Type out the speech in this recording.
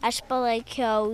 aš palaikiau